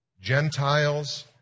Gentiles